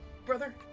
brother